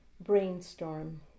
Brainstorm